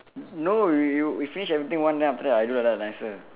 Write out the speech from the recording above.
no you you we finish everything one then after that I do like that nicer